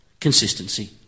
Consistency